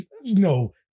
no